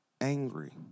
angry